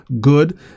good